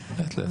חכי, לאט לאט.